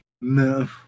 No